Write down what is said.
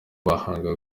bahanga